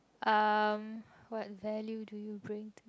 um what value do you bring to